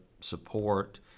support